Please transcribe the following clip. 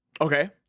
Okay